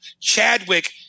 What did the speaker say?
Chadwick